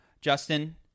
justin